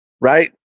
Right